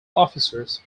officers